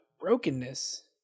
brokenness